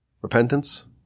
Repentance